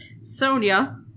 Sonia